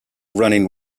running